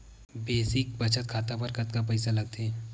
Basic बचत खाता बर कतका पईसा लगथे?